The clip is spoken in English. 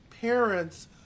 parents